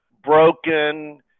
broken